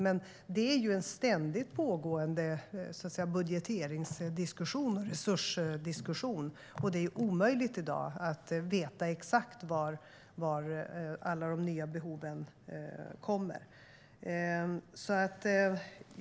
Men det är ju en ständigt pågående budgeteringsdiskussion och resursdiskussion, och det är omöjligt att i dag veta var alla de nya behoven kommer.